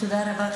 תודה רבה.